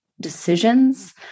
decisions